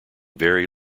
very